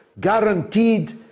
guaranteed